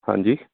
ਹਾਂਜੀ